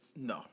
No